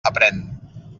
aprén